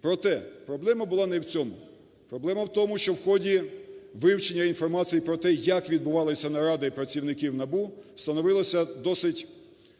Проте проблема була не в цьому. Проблема у тому, що у ході вивчення інформації про те, як відбувалися наради працівників НАБУ, встановилася досить